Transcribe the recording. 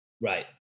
Right